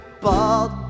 Bald